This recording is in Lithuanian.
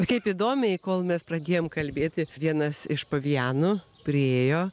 kaip įdomiai kol mes pradėjom kalbėti vienas iš pavianų priėjo